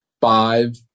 five